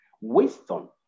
Wisdom